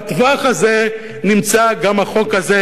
בטווח הזה נמצא גם החוק הזה,